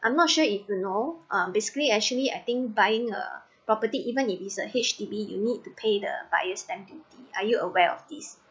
I'm not sure if you know um basically actually I think buying a property even if is a H_D_B you need to pay the buyer's stamp duty are you aware of this